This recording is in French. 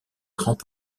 grands